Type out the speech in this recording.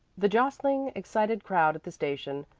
the jostling, excited crowd at the station,